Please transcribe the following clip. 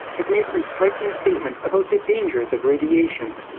has made some striking statements about the dangers of radiation.